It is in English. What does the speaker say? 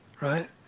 right